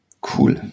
Cool